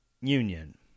Union